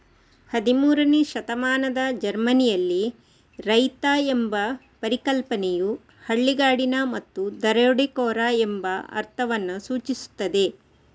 ಹದಿಮೂರನೇ ಶತಮಾನದ ಜರ್ಮನಿಯಲ್ಲಿ, ರೈತ ಎಂಬ ಪರಿಕಲ್ಪನೆಯು ಹಳ್ಳಿಗಾಡಿನ ಮತ್ತು ದರೋಡೆಕೋರ ಎಂಬ ಅರ್ಥವನ್ನು ಸೂಚಿಸುತ್ತದೆ